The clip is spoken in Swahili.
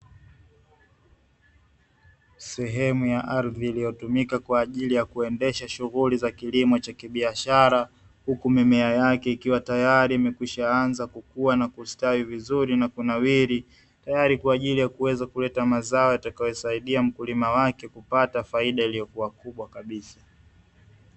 Sehemu ya ardhi iliyotumika kwa ajili ya kuendesha shughuli za kilimo cha kibiashara, huku mimea yake ikiwa tayari imekwisha anza kukua na kustawi vizuri na kunawiri. Tayari kwa ajili ya kuweza kuleta mazao yatakayo msaidia mkulima wake kupata faida iliyokuwa kubwa kabisa.